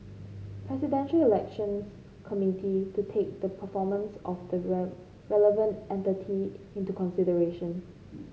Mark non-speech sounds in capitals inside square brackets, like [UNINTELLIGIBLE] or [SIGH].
Presidential Elections Committee to take the performance of the [UNINTELLIGIBLE] relevant entity into consideration